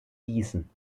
gießen